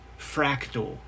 fractal